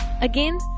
Again